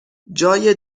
جای